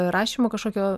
rašymo kažkokio